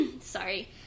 sorry